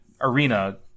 arena